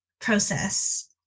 process